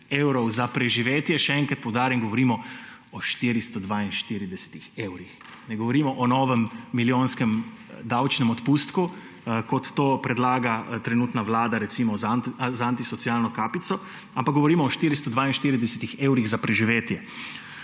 evrov za preživetje – še enkrat poudarjam, govorim o 442 evrih, ne govorimo o novem milijonskem davčnem odpustku, kot to predlaga trenutna vlada z antisocialno kapico, ampak govorimo o 442 evrih za preživetje.